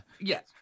yes